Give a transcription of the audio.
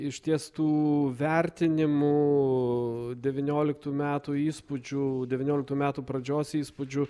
išties tų vertinimų devynioliktų metų įspūdžių devynioliktų metų pradžios įspūdžių